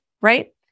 right